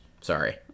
Sorry